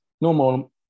normal